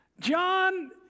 John